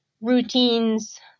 routines